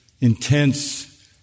intense